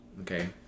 okay